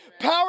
power